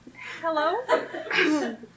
hello